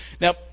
Now